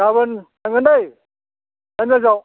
गाबोन थांगोन दे दाइन बाजोआव